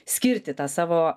skirti tą savo